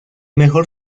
mejor